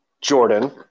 Jordan